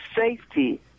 safety